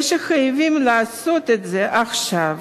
ושחייבים לעשות את זה עכשיו